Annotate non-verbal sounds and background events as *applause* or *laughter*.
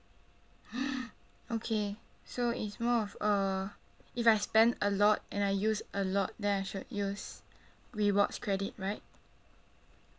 *noise* okay so it's more of a if I spent a lot and I use a lot then I should use rewards credit right